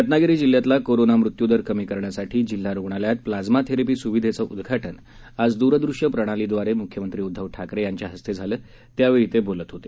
रत्नागिरी जिल्ह्यातला करोनाचा मृत्यूदर कमी करण्यासाठी जिल्हा रुग्णालयात प्लाझ्मा थेरपी स्विधेचं उद्घाटन आज द्रदृश्य प्रणालीद्वारे मुख्यमंत्री उद्धव ठाकरे यांच्या हस्ते झालं त्यावेळी ते बोलत होते